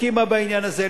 הסכימה בעניין הזה.